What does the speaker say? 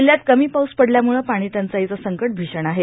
जिल्ह्यात कमी पाऊस पडल्यामुळे पाणीटंचाईचे संकट भिषण आहे